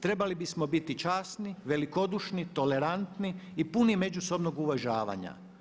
Trebali bismo biti časni, velikodušni, tolerantni i puni međusobnog uvažavanja.